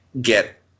get